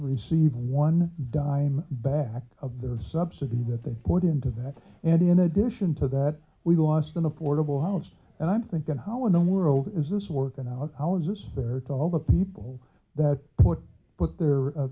receive one dime back of their subsidy that they put into that and in addition to that we lost an affordable house and i'm thinking how in the world is this work and i was this is there to all the people that put put